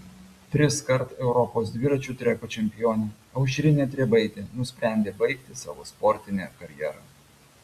triskart europos dviračių treko čempionė aušrinė trebaitė nusprendė baigti savo sportinę karjerą